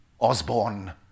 Osborne